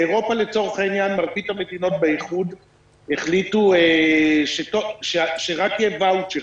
באירופה מרבית המדינות באיחוד החליטו שרק יהיה ואוצ'ר,